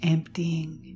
Emptying